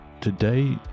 Today